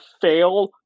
fail